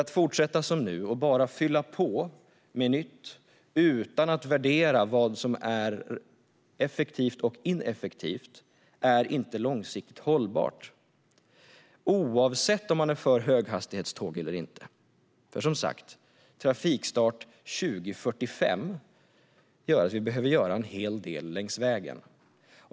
Att fortsätta som nu och bara fylla på med nytt, utan att värdera vad som är effektivt och ineffektivt, är inte långsiktigt hållbart, oavsett om man är för höghastighetståg eller inte. Trafikstart 2045 innebär som sagt att vi behöver göra en hel del längs vägen.